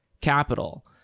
capital